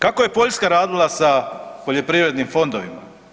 Kako je Poljska radila sa poljoprivrednim fondovima?